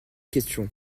question